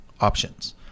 options